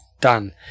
Done